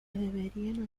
deberían